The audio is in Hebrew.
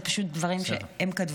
זה פשוט דברים שהם כתבו,